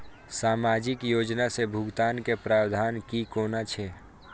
सामाजिक योजना से भुगतान के प्रावधान की कोना छै?